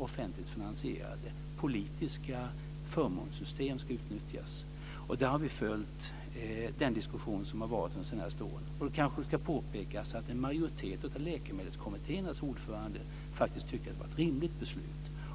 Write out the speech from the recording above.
offentligt finansierade politiska förmånssystem ska utnyttjas, och vi har följt den diskussion som har varit de senaste åren. Det kanske ska påpekas att en majoritet av läkemedelskommittéernas ordförande faktiskt tycker att det var ett rimligt beslut.